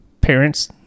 parents